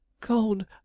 Cold